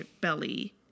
belly